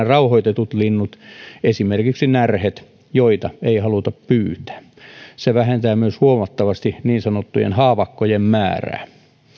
rauhoitetut linnut esimerkiksi närhet joita ei haluta pyytää se vähentää myös huomattavasti niin sanottujen haavakkojen määrää